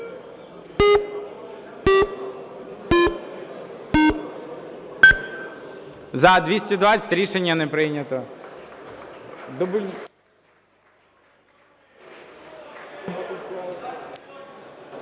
За-220 Рішення не прийнято.